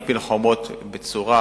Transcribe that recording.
מפיל חומות בצורה